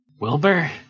Wilbur